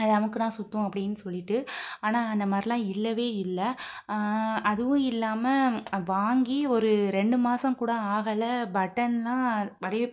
அதை அமுக்குனால் சுற்றும் அப்டின்னு சொல்லிட்டு ஆனால் அந்தமாதிரிலாம் இல்லவே இல்லை அதுவும் இல்லாமல் வாங்கி ஒரு ரெண்டு மாதம் கூட ஆகலை பட்டன்லாம் அப்படியே